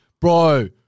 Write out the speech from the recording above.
Bro